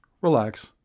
relax